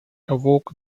awoke